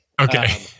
Okay